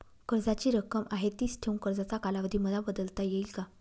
कर्जाची रक्कम आहे तिच ठेवून कर्जाचा कालावधी मला बदलता येईल का?